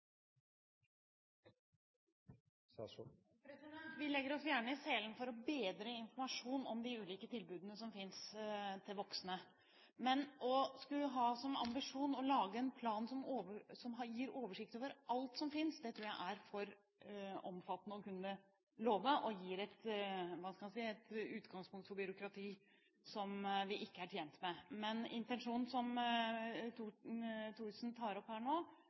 Vi legger oss gjerne i selen for å gi bedre informasjon om de ulike tilbudene som finnes for voksne, men å skulle ha som ambisjon å lage en plan som gir oversikt over alt som finnes, tror jeg er altfor omfattende å kunne love, og gir et utgangspunkt for byråkrati som vi ikke er tjent med. Men intensjonen som Thorsen her tar opp,